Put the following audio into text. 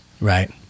Right